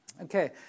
Okay